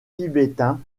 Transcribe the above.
tibétains